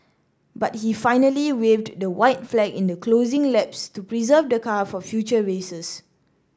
but he finally waved the white flag in the closing laps to preserve the car for future races